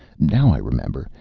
now i remember.